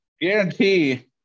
Guarantee